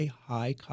high